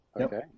Okay